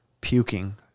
puking